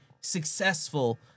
successful